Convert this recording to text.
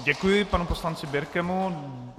Děkuji planu poslanci Birkemu.